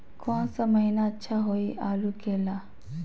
कौन सा महीना अच्छा होइ आलू के ला?